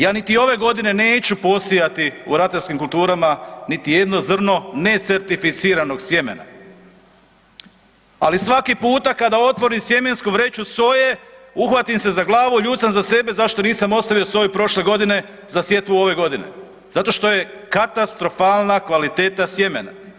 Ja niti ove godine neću posijati u ratarskim kulturama niti jedno zrno necertificiranog sjemena, ali svaki puta kada otvorim sjemensku vreću soje uhvatim se za glavu, ljut sam na sebe zašto nisam ostavio soju prošle godine za sjetvu ove godine, zato što je katastrofalna kvaliteta sjemena.